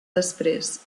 després